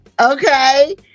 Okay